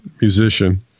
musician